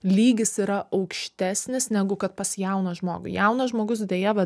lygis yra aukštesnis negu kad pas jauną žmogų jaunas žmogus deja va